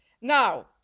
now